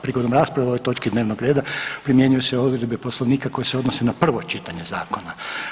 Prigodom rasprave o ovoj točki dnevnog reda primjenjuju se odredbe Poslovnika koje se odnose na prvo čitanje zakona.